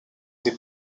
des